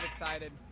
excited